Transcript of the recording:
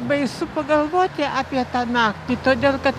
baisu pagalvoti apie tą naktį todėl kad